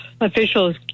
officials